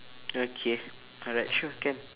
okay alright sure can